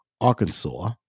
Arkansas